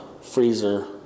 freezer